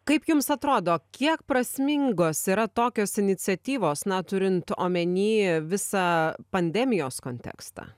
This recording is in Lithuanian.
kaip jums atrodo kiek prasmingos yra tokios iniciatyvos na turint omeny visą pandemijos kontekstą